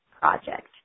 project